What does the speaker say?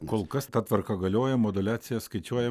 kol kas ta tvarka galioja moduliacijas skaičiuoja